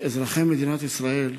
את אזרחי מדינת ישראל,